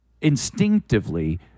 instinctively